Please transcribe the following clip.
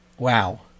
Wow